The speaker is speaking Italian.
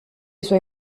suoi